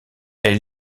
elle